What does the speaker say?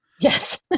Yes